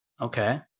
Okay